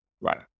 right